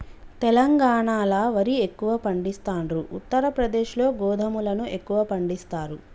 తెలంగాణాల వరి ఎక్కువ పండిస్తాండ్రు, ఉత్తర ప్రదేశ్ లో గోధుమలను ఎక్కువ పండిస్తారు